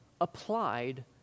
applied